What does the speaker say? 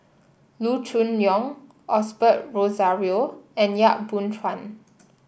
Loo Choon Yong Osbert Rozario and Yap Boon Chuan